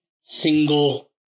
single